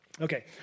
Okay